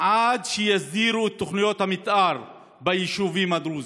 עד שיסדירו את תוכניות המתאר ביישובים הדרוזיים.